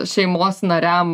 šeimos nariam